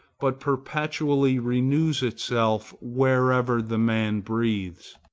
but perpetually renews itself wherever the man breathes.